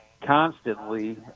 constantly